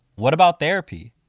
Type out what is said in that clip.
what about therapy?